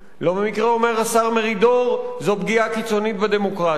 לא במקרה אומר השר מרידור: זו פגיעה קיצונית בדמוקרטיה.